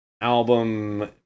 album